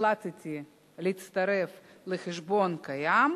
תציג את הצעת החוק היוזמת,